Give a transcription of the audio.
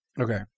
Okay